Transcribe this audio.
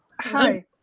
Hi